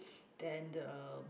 then the